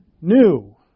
new